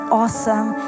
awesome